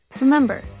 Remember